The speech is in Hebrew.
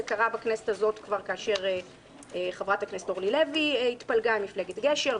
זה קרה בכנסת הזאת כבר כאשר חברת הכסת אורלי לוי התפלגה עם מפלגת גשר,